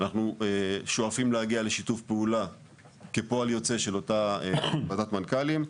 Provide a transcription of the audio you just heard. ואנחנו שואפים להגיע לשיתוף פעולה כפועל יוצא של אותה ועדת מנכ"לים,